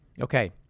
Okay